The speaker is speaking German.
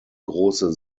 große